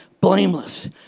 blameless